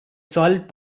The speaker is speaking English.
solid